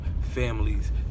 families